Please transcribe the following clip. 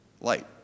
light